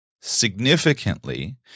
significantly